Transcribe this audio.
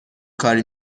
کاری